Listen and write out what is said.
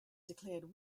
declared